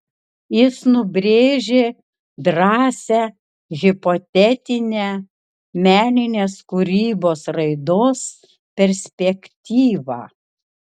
jis nubrėžė drąsią hipotetinę meninės kūrybos raidos perspektyvą